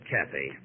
Kathy